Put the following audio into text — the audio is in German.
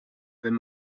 wenn